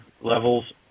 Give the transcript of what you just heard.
levels